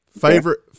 Favorite